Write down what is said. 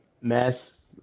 mess